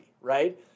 Right